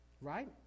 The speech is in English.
right